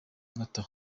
agata